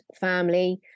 family